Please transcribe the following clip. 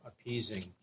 appeasing